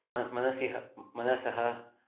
मानसं मनसि ह मनसः